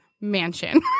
mansion